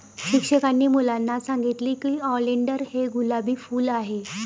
शिक्षकांनी मुलांना सांगितले की ऑलिंडर हे गुलाबी फूल आहे